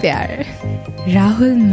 Rahul